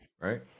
right